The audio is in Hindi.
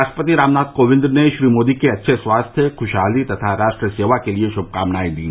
राष्ट्रपति रामनाथ कोविंद ने श्री मोदी के अच्छे स्वास्थ्य खूशहाली और राष्ट्र सेवा के लिए श्मकामनाएं दी